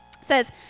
says